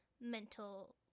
mental